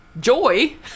joy